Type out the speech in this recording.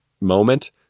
moment